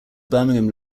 birmingham